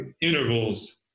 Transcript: intervals